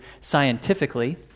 scientifically